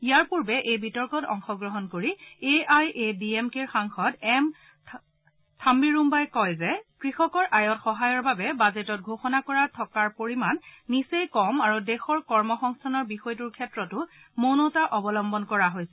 ইয়াৰ পূৰ্বে এই বিতৰ্কত অংশগ্ৰহণ কৰি A I A D M কেৰ সাংসদ এম থাম্বিদুৰাই কয় যে কৃষকৰ আয়ত সহায়ৰ বাবে বাজেটত ঘোষণা কৰা টকাৰ পৰিমাণ নিচেই কম আৰু দেশৰ কৰ্ম সংস্থানৰ বিষয়টোৰ ক্ষেত্ৰতো মৌনতা অৱলম্ভন কৰিছে